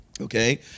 Okay